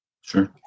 Sure